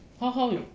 how how you